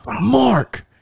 Mark